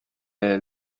est